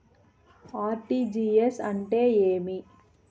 RTGS అంటే ఏమి?